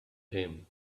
him